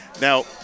Now